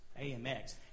AMX